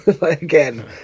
Again